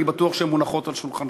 אני בטוח שהן מונחות על שולחנך.